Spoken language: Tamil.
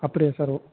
அப்படியா சார் ஓ